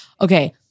Okay